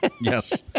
Yes